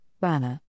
Banner